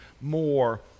more